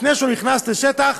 לפני שהוא נכנס לשטח,